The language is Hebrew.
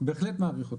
בהחלט מעריך אותו.